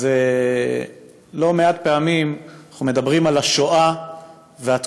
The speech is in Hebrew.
אז לא מעט פעמים אנחנו מדברים על השואה והתקומה,